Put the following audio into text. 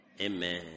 Amen